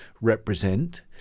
represent